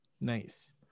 Nice